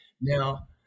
Now